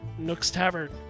NooksTavern